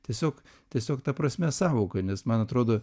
tiesiog tiesiog ta prasmės sąvoka nes man atrodo